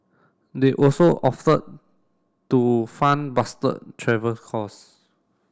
they also offered to fund Bastard travel costs